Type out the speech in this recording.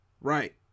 Right